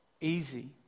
easy